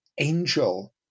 angel